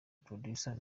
producer